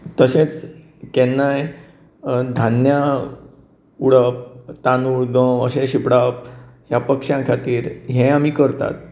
तशेंच केन्नाय धान्य उडोवप तांदूळ गंव अशे शिंपडावप ह्या पक्षां खातीर हें आमी करतात